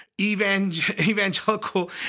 evangelical